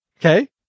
Okay